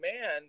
man